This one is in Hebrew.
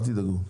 אל תדאגו.